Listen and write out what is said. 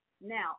Now